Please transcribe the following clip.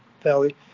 Valley